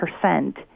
percent